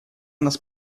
нас